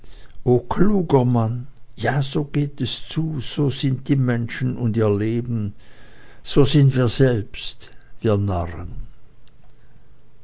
ja so geht es zu so sind die menschen und ihr leben so sind wir selbst wir narren